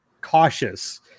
cautious